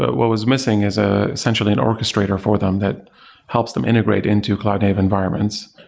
but what was missing is ah essentially an orchestrator for them that helps them integrate into cloud native environments.